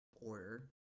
order